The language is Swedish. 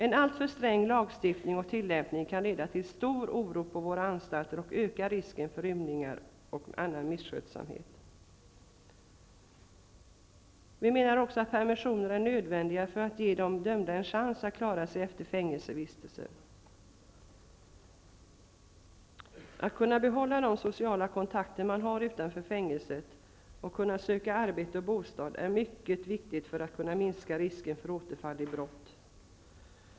En alltför sträng lagstiftning och tillämpning kan leda till stor oro på våra anstalter och öka risken för rymningar och annan misskötsamhet. Vi menar också att permissioner är nödvändiga för att ge de dömda en chans att klara sig efter fängelsevistelse. Att kunna behålla de sociala kontakter man har utanför fängelset och att kunna söka arbete och bostad är viktigt för att minska risken för återfall i brott.